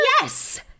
Yes